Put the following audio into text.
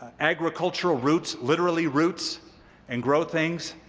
agricultural roots, literally roots and grow things,